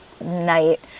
night